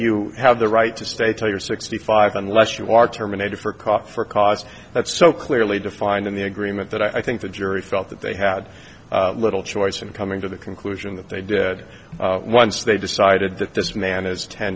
you have the right to stay till you're sixty five unless you are terminated for coffee for cause that's so clearly defined in the agreement that i think the jury felt that they had little choice in coming to the conclusion that they did once they decided that this man is ten